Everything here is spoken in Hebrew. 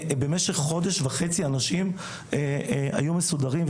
במשך חודש וחצי אנשים היו מסודרים,